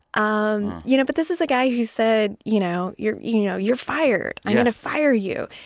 um you know, but this is a guy who said, you know, you're you know, you're fired, i'm going to fire you,